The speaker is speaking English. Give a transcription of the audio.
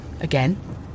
Again